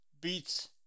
beats